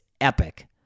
epic